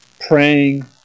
praying